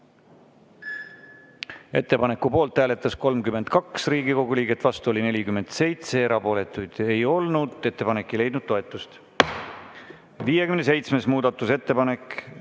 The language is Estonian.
Ettepaneku poolt hääletas 31 Riigikogu liiget, vastu oli 49, erapooletuid ei olnud. Ettepanek ei leidnud toetust.58. muudatusettepanek.